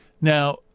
Now